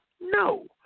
No